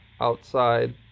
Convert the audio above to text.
outside